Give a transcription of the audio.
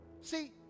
See